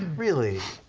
really.